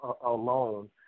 alone